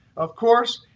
of course,